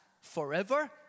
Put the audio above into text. forever